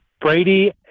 Brady